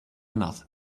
enough